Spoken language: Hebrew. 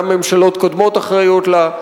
גם ממשלות קודמות אחראיות לה.